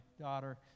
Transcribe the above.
daughter